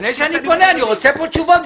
לפני שאני פונה, אני רוצה כאן תשובות.